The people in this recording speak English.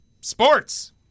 Sports